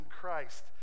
Christ